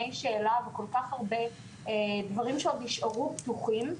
שאלה וכל כך הרבה דברים שעוד נשארו פתוחים?